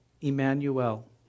Emmanuel